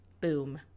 Boom